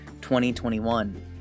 2021